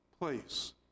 place